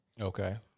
Okay